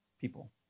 people